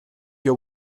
your